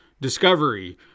Discovery